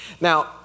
Now